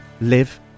live